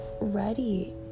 ready